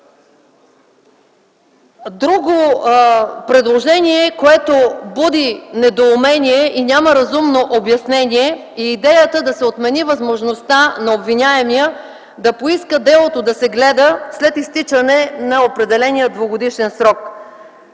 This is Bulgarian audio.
Друго предложение, което буди недоумение и няма разумно обяснение, е идеята да се отмени възможността на обвиняемия да поиска делото да се гледа след изтичане на определения двугодишен срок.